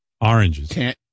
Oranges